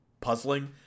puzzling